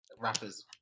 rappers